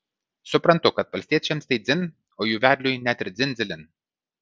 suprantu kad valstiečiams tai dzin o jų vedliui net ir dzin dzilin